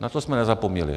Na to jsme nezapomněli.